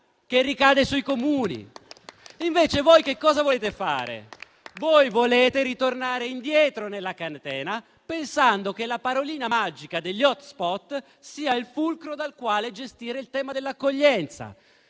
che ricade sui Comuni. Invece voi che cosa volete fare? Volete ritornare indietro nella catena, pensando che la parolina magica degli *hotspot* sia il fulcro dal quale gestire il tema dell'accoglienza.